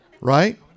Right